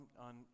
on